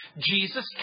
Jesus